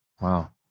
Wow